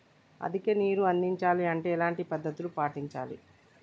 అధిక నీరు అందించాలి అంటే ఎలాంటి పద్ధతులు పాటించాలి?